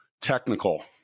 Technical